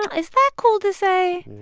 but is that cool to say?